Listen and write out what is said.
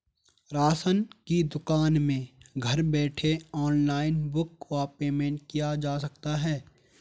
Ration की दुकान में घर बैठे ऑनलाइन बुक व पेमेंट किया जा सकता है?